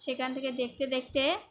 সেখান থেকে দেখতে দেখতে